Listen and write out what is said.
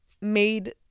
made